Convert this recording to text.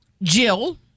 Jill